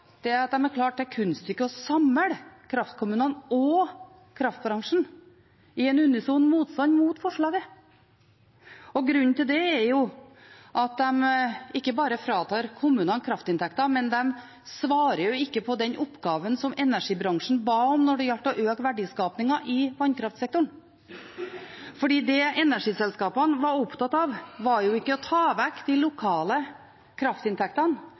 er det kunststykket å samle kraftkommunene og kraftbransjen i en unison motstand mot forslaget. Grunnen til det er ikke bare at de fratar kommunene kraftinntekter, men de svarer jo ikke på den oppgaven som energibransjen ba om når det gjaldt å øke verdiskapingen i vannkraftsektoren, for det energiselskapene var opptatt av, var ikke å ta vekk de lokale kraftinntektene.